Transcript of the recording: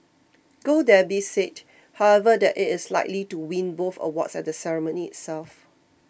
Gold Derby said however that it is likely to win both awards at the ceremony itself